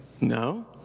No